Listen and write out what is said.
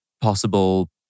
possible